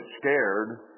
scared